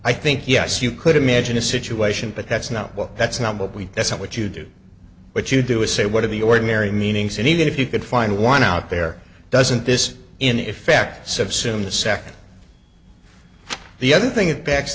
i think yes you could imagine a situation but that's not what that's not what we that's what you do what you do is say what are the ordinary meanings and even if you could find one out there doesn't this in effects of soon the second the other thing that backs t